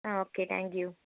ആ okay thank U